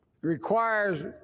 requires